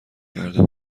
کرده